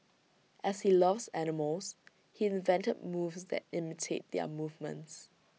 as he loves animals he invented moves that imitate their movements